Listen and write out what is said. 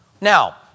now